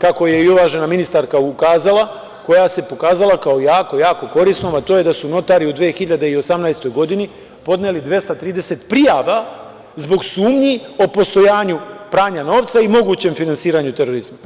kako je i uvažena ministarka ukazala, koja se pokazala kao jako korisnom, a to je da su notari u 2018. godini podneli 230 prijava zbog sumnji o postojanju pranja novca i mogućem finansiranju terorizma.